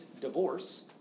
divorce